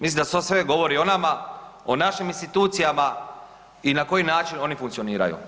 Mislim da to sve govori o nama, o našim institucijama i na koji način oni funkcioniraju.